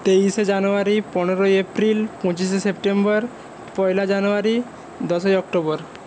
তেইশে জানুয়ারি পনেরোই এপ্রিল পঁচিশে সেপ্টেম্বর পয়লা জানুয়ারি দশই অক্টোবর